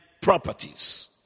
properties